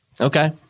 Okay